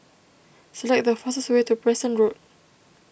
select the fastest way to Preston Road